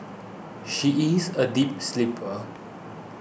she is a deep sleeper